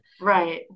Right